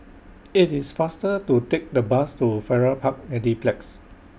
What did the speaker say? IT IS faster to Take The Bus to Farrer Park Mediplex